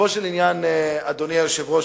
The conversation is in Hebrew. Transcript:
אדוני היושב-ראש,